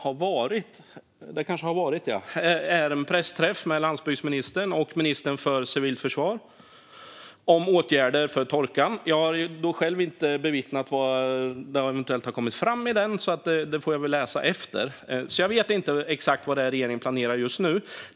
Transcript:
Jag vet att det i dag har varit en pressträff med landsbygdsministern och ministern för civilt försvar gällande åtgärder med anledning av torkan. Jag har själv inte bevittnat den och vad som eventuellt har kommit fram där - det får jag väl läsa i efterhand - så jag vet inte exakt vad regeringen planerar just nu.